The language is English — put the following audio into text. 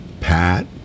Pat